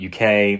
uk